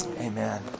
Amen